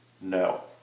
No